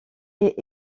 est